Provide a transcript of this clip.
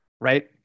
right